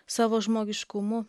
savo žmogiškumu